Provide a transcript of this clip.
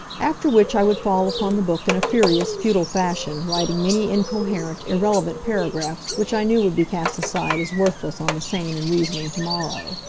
after which i would fall upon the book in a furious, futile fashion, writing many incoherent, irrelevant paragraphs which i knew would be cast aside as worthless on the sane and reasoning to-morrow.